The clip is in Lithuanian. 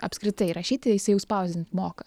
apskritai rašyti jisai jau spausdint moka